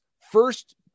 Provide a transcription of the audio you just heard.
first